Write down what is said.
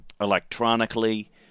electronically